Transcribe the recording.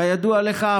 כידוע לך,